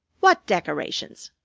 what decorations?